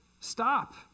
Stop